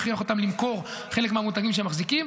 מכריח אותם למכור חלק מהמותגים שהם מחזיקים,